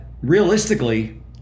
realistically